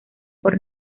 por